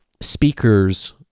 speakers